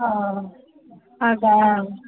ಹಾಂ ಹಾಗಾ